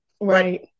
Right